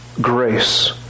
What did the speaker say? grace